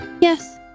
Yes